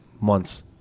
months